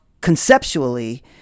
conceptually